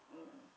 oh